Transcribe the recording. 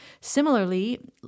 Similarly